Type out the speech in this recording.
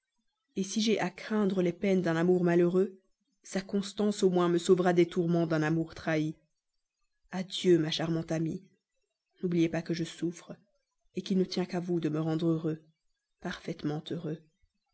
vie si j'ai à craindre les peines d'un amour malheureux sa constance au moins me sauvera les tourments d'un amour trahi adieu ma charmante amie n'oubliez pas que je souffre qu'il ne tient qu'à vous de me rendre heureux parfaitement heureux